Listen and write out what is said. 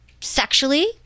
sexually